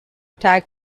tag